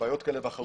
בעיות כאלה ואחרות.